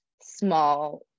small